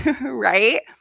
right